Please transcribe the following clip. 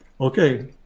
Okay